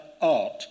art